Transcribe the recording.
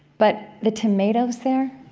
but the tomatoes there?